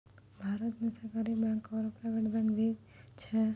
भारतो मे सरकारी बैंक आरो प्राइवेट बैंक भी छै